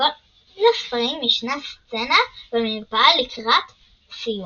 בכל הספרים ישנה סצנה במרפאה לקראת סיום.